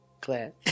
Claire